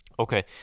Okay